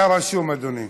אתה רשום, אדוני.